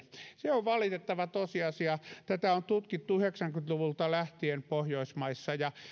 se on valitettava tosiasia tätä on tutkittu yhdeksänkymmentä luvulta lähtien pohjoismaissa ja